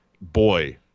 boy